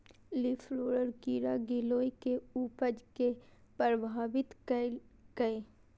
leaf roller कीड़ा गिलोय के उपज कें प्रभावित केलकैए